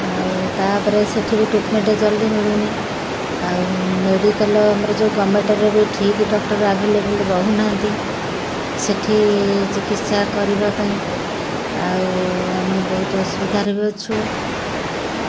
ଆଉ ତାପରେ ସେଇଠି ବି ଟ୍ରିଟମେଣ୍ଟ ଜଲ୍ଦି ମିଳୁନି ଆଉ ମେଡ଼ିକାଲ୍ ଆମର ଯେଉଁ ଗଭର୍ଣ୍ଣମେଣ୍ଟ୍ରେ ବି ଠିକି ଡକ୍ଟର୍ ଆଭେଲେବୁଲ୍ ରହୁନାହାନ୍ତି ସେଇଠି ଚିକିତ୍ସା କରିବା ପାଇଁ ଆଉ ଆମେ ବହୁତ ଅସୁବିଧାରେ ବି ଅଛୁ